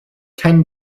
ten